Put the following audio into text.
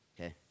Okay